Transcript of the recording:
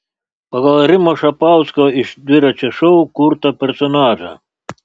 pagal rimo šapausko iš dviračio šou kurtą personažą